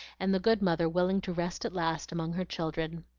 and the good mother willing to rest at last among her children.